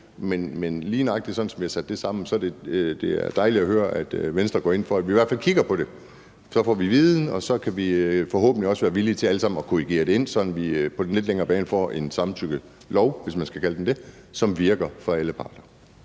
sat det sammen, og det er dejligt at høre, at Venstre går ind for, at vi i hvert fald kigger på det. For så får vi viden, og så kan vi forhåbentlig alle sammen også være villige til at korrigere det ind, sådan at vi på den lidt længere bane får en samtykkelov, hvis man skal kalde den det, som virker for alle parter.